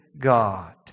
God